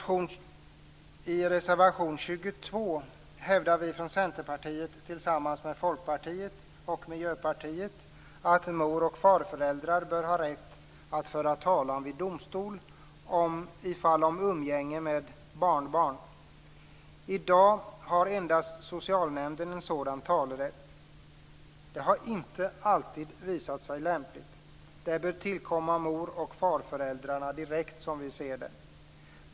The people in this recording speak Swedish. I reservation 22 hävdar vi från Centerpartiet tillsammans med Folkpartiet och Miljöpartiet att moroch farföräldrar bör ha rätt att föra talan vid domstol i fall om umgänge med barnbarn. I dag har endast socialnämnden en sådan talerätt. Det har inte alltid visat sig lämpligt. Det bör tillkomma mor och farföräldrarna direkt, som vi ser det.